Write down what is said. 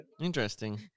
Interesting